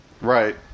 right